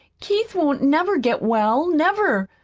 keith won't never get well, never,